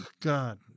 God